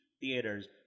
theaters